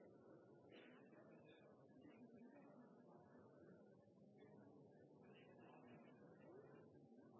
ikke – og det er